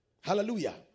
Hallelujah